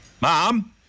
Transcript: Mom